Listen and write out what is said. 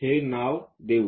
हे नाव देऊ